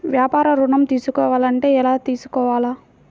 వ్యాపార ఋణం తీసుకోవాలంటే ఎలా తీసుకోవాలా?